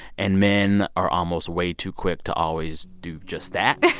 and men are almost way too quick to always do just that